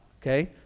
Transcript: Okay